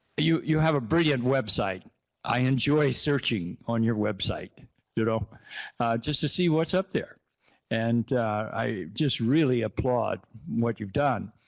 you you have a brilliant website i enjoy searching on your website you know just to see what's up there and i just really applaud what you've done